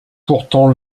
pourtant